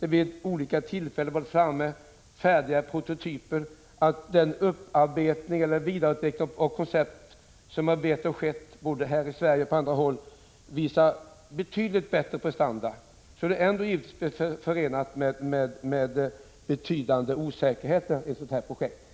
och att man vid olika tillfällen har tagit fram färdiga prototyper samt att den vidareutveckling som har skett både i Sverige och på andra håll visar betydligt bättre prestanda, så är ett sådant här projekt ändå förenat med betydande osäkerhet.